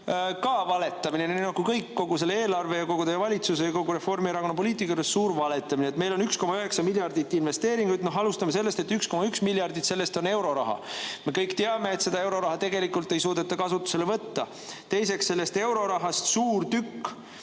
ka valetamine, nii nagu kõik, kogu see eelarve ja kogu teie valitsuse ja Reformierakonna poliitika on suur valetamine. Meil on 1,9 miljardit investeeringuid. Alustame sellest, et 1,1 miljardit sellest on euroraha. Me kõik teame, et seda euroraha tegelikult ei suudeta kasutusele võtta. Teiseks, sellest eurorahast suur tükk